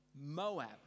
Moab